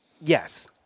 Yes